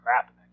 crap